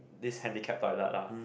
this handicapped toilet lah